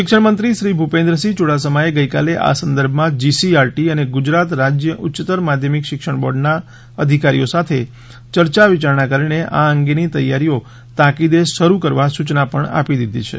શિક્ષણ મંત્રી શ્રી ભુપેન્દ્રસિંહ યુડાસમાએ ગઈકાલે આ સંદર્ભમાં જીસીઇઆરટી અને ગુજરાત રાજ્ય ઉચ્યતર માધ્યમિક શિક્ષણ બોર્ડના અધિકારીઓ સાથે ચર્ચા વિચારણા કરીને આ અંગેની તૈયારીઓ તાકીદે શરૂ કરવા સૂચના પણ આપી દીધી છે